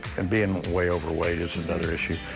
and being way overweight is another issue.